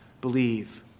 believe